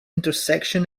intersection